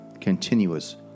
continuous